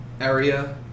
area